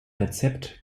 rezept